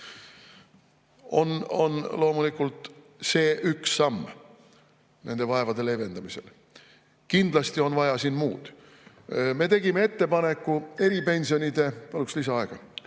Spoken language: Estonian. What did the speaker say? on loomulikult see üks samm nende vaevade leevendamiseks. Kindlasti on vaja siin muud. Me tegime ettepaneku eripensonide ... Palun lisaaega.